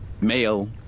male